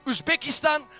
Uzbekistan